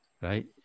right